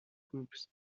groups